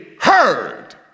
heard